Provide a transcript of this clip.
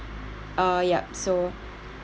uh yup